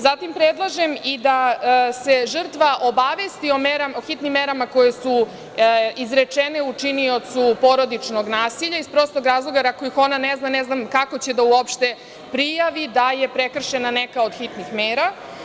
Zatim, predlažem i da se žrtva obavesti o hitnim merama koje su izrečene učiniocu porodičnog nasilja, iz prostog razloga, jer ako ih ona ne zna, ne znam kako će da prijavi da je prekršena neka od hitnih mera.